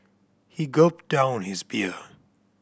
he gulped down his beer